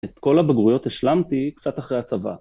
את כל הבגרויות השלמתי קצת אחרי הצבא.